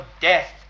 death